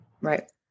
right